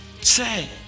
Say